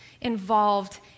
involved